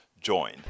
join